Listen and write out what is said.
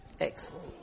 Excellent